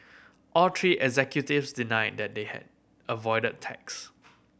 all three executives denied that they had avoided tax